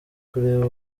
kureba